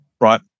Right